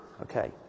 Okay